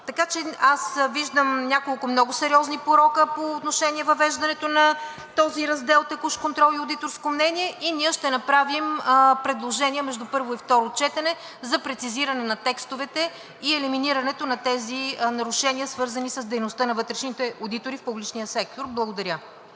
Така че аз виждам няколко много сериозни порока по отношение въвеждането на този раздел „Текущ контрол и одиторско мнение“ и ние ще направим предложения между първо и второ четене за прецизиране на текстовете и елиминирането на тези нарушения, свързани с дейността на вътрешните одитори в публичния сектор. Благодаря.